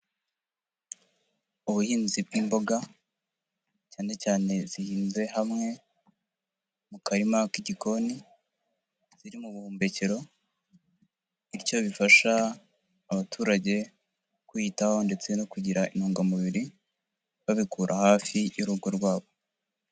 Ubuhinzi bw'imboga, cyane cyane zihinze hamwe mu karima k'igikoni, ziri mu buhumbekero bityo bifasha abaturage kwiyitaho ndetse no kugira intungamubiri babikura hafi y'urugo rwabo.